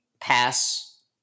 pass